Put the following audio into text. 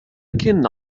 كِن